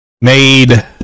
made